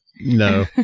no